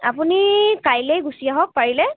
আপুনি কাইলৈয়ে গুচি আহক পাৰিলে